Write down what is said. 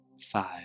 five